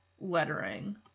lettering